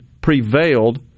prevailed